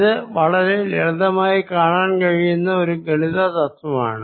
ഇത് വളരെ ലളിതമായി കാണാൻ കഴിയുന്ന ഒരു ഗണിത തത്വമാണ്